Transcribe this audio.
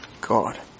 God